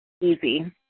Easy